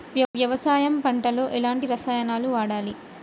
వ్యవసాయం పంట లో ఎలాంటి రసాయనాలను వాడాలి?